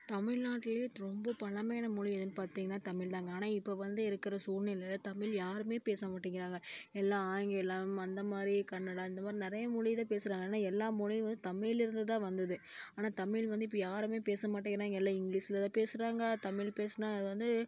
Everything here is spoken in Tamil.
தமிழ்நாட்டுலே ரொம்ப பழமையான மொழி எதுன்னு பார்த்தீங்கன்னா தமிழ் தான்ங்க ஆனால் இப்போது வந்து இருக்கிற சூழ்நிலையில தமிழ் யாருமே பேச மாட்டேங்கிறாங்க எல்லாம் ஆங்கிலம் அந்தமாதிரி கன்னடா இந்த மாதிரி நிறையா மொழில பேசுகிறாங்க ஆனால் எல்லா மொழியும் வந்து தமிழில் இருந்து தான் வந்தது ஆனால் தமிழ் வந்து இப்போ யாருமே பேச மாட்டேங்கிறாங்க எல்லாம் இங்கிலீஷில் தான் பேசுகிறாங்க தமிழ் பேசினா அது வந்து